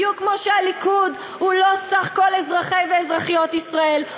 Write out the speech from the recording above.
בדיוק כמו שהליכוד הוא לא סך כל אזרחי ואזרחיות ישראל,